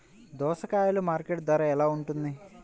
దోసకాయలు మార్కెట్ ధర ఎలా ఉంటుంది?